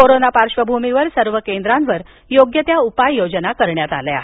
कोरोनाच्या पार्श्वभूमीवर सर्व केंद्रांवर योग्य ती उपाययोजना करण्यात आल्या आहेत